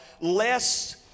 less